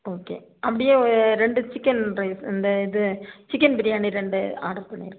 okay அப்படியே ரெண்டு chicken rice அந்த இது சிக்கன் பிரியாணி ரெண்டு ஆடர் பண்ணியிருக்கோம்